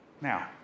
Now